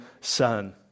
son